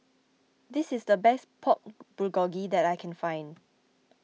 this is the best Pork Bulgogi that I can find